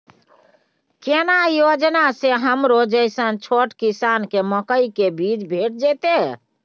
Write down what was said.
केना योजना स हमरो जैसन छोट किसान के मकई के बीज भेट जेतै?